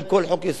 קשה מאוד